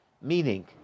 meaning